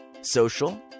social